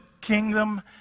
kingdom